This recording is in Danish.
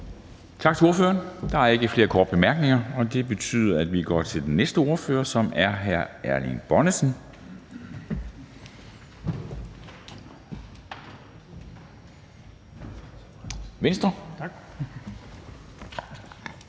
Tak til ordføreren. Der er ikke flere korte bemærkninger, og det betyder, at vi går videre til den næste ordfører, som er hr. Søren Espersen, Dansk